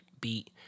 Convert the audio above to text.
beat